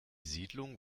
siedlung